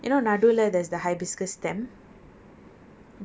ஆனால் அந்த சுத்தி சுத்தி:aanal antha suthi suthi petal லே தாண்டியும் தவிர:le thaandiyum thavira